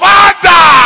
Father